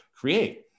create